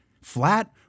flat